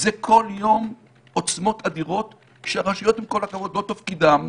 זה כול יום עם עוצמות אדירות שהרשויות עם כל הכבוד זה לא תפקידן,